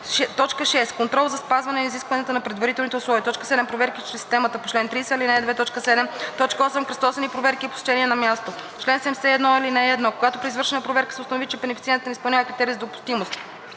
6. контрол за спазване на изискванията на предварителните условия; 7. проверки чрез системата по чл. 30, ал. 2, т. 7; 8. кръстосани проверки и посещения на място. Чл. 71. (1) Когато при извършена проверка се установи, че бенефициентът не изпълнява критерии за допустимост,